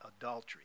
adultery